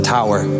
Tower